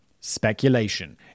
Speculation